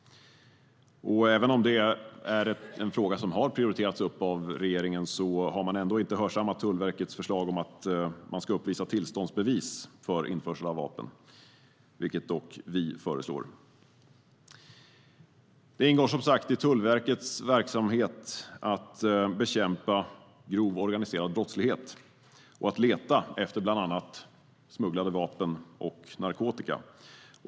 Även om det är en fråga som har prioriterats upp av regeringen har man ändå inte hörsammat Tullverkets förslag om att man ska uppvisa tillståndsbevis för införsel av vapen, vilket vi föreslår. Det ingår som sagt i Tullverkets verksamhet att bekämpa grov organiserad brottslighet och att leta efter bland annat smuggelvapen och narkotika.